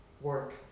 work